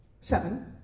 seven